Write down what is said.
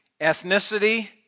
ethnicity